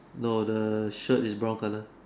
no the shirt is brown colour